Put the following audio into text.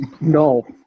No